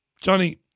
Johnny